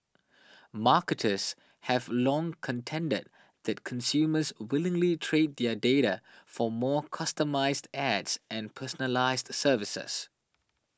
marketers have long contended that consumers willingly trade their data for more customised ads and personalised services